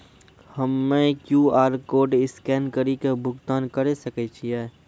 हम्मय QR code scan कड़ी के भुगतान करें सकय छियै?